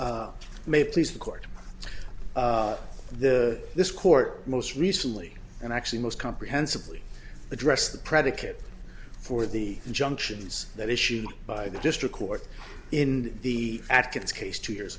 court the this court most recently and actually most comprehensively address the predicate for the injunctions that issued by the district court in the atkins case two years